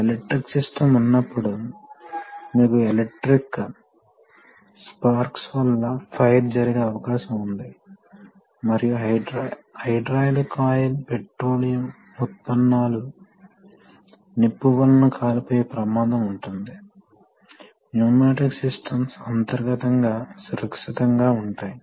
మీరు ఇక్కడ ప్రెషర్ ని వర్తింపజేస్తున్నందున మీరు దీన్ని క్రిందికి నెట్టివేస్తున్నారు కాబట్టి పంప్ ట్యాంక్కు ప్రవహిస్తుంది ఇది ట్యాంక్కు ప్రవహిస్తుంది కాబట్టి మీరు ఇప్పుడు కొంత మొత్తంలో ప్రెషర్ ని వర్తింపజేయడం ద్వారా ఇది ట్యాంక్లోకి ప్రవహించే ప్రెషర్ స్థాయిని మీరు నిర్ణయించవచ్చు